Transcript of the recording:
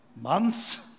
Months